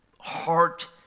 heart